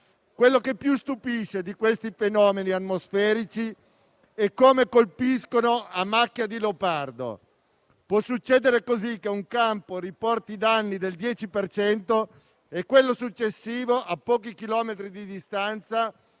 Quello che più stupisce di questi fenomeni atmosferici è come colpiscano a macchia di leopardo: può succedere così che un campo riporti danni del 10 per cento e in quello successivo, a pochi chilometri di distanza,